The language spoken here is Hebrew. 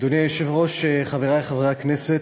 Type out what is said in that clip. אדוני היושב-ראש, חברי חברי הכנסת,